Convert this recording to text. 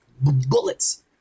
bullets